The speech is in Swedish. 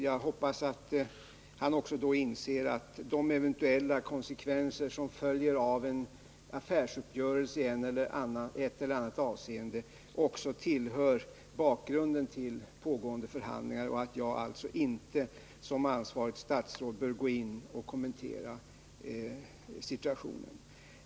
Jag hoppas att han då också inser att de eventuella konsekvenserna av en affärsuppgörelse i ett eller annat avseende också tillhör bakgrunden till pågående förhandlingar och att jag alltså inte som ansvarigt statsråd bör kommentera dem.